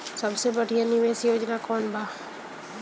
सबसे बढ़िया निवेश योजना कौन बा?